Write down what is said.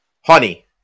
Honey